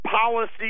policy